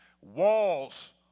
Walls